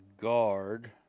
Guard